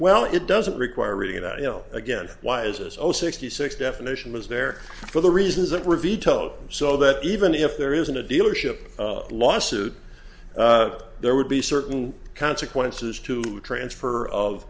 well it doesn't require reading it out you know again why is this zero sixty six definition was there for the reasons that were vetoed so that even if there isn't a dealership lawsuit there would be certain consequences to transfer of